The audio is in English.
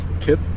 Kip